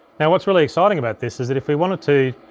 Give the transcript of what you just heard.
now what's really exciting about this is that if we wanted to,